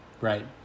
right